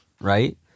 right